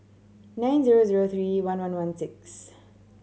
nine zero zero three one one one six